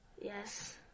Yes